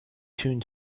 tune